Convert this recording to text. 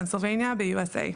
פנסילבניה ב-USA.